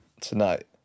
tonight